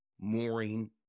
mooring